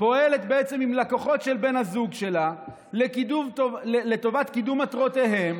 פועלת בעצם עם לקוחות של בן הזוג שלה לטובת קידום מטרותיהם,